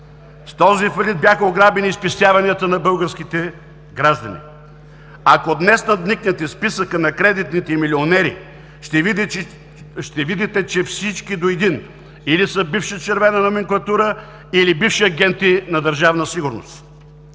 С този фалит бяха ограбени и спестяванията на българските граждани. Ако днес надникнете в списъка на кредитните милионери, ще видите, че всички до един или са бивша червена номенклатура, или бивши агенти на Държавна сигурност.